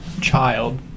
Child